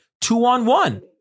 two-on-one